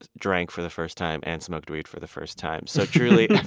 ah drank for the first time and smoked weed for the first time. so truly